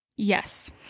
Yes